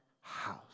house